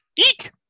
Eek